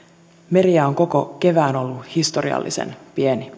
merijää on koko kevään ollut historiallisen pieni